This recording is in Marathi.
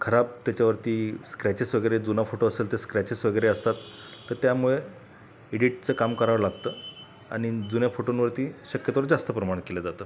खराब त्याच्यावरती स्क्रॅचेस वगैरे जुना फोटो असेल तर स्क्रॅचेस वगैरे असतात तर त्यामुळे एडिटचं काम करावं लागतं आणि जुन्या फोटोंवरती शक्यतोवर जास्त प्रमाणात केलं जातं